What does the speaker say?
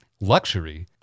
luxury